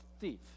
thief